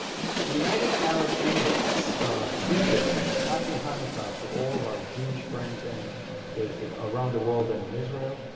united arab emirates tweeted, happy hanukkah to all of our jewish friends and around the world and in israel.